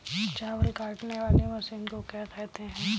चावल काटने वाली मशीन को क्या कहते हैं?